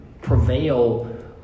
prevail